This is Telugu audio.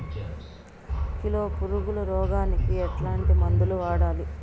కిలో పులుగుల రోగానికి ఎట్లాంటి మందులు వాడాలి?